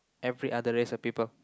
every other race or people